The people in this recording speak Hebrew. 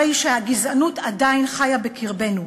הרי הוא שהגזענות עדיין חיה בקרבנו.